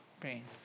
pain